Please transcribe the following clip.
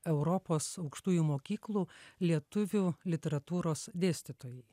europos aukštųjų mokyklų lietuvių literatūros dėstytojai